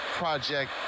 project